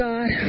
God